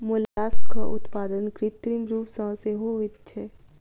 मोलास्कक उत्पादन कृत्रिम रूप सॅ सेहो होइत छै